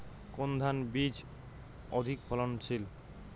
কোন ধান বীজ অধিক ফলনশীল?